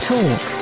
Talk